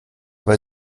weil